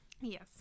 Yes